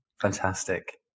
Fantastic